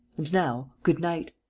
and now, good-night.